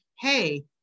hey